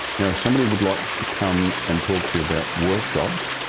now if somebody would like to come and talk to you about workshops,